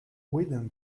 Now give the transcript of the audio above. widen